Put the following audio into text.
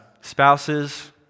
Spouses